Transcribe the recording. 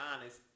honest